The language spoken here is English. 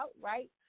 right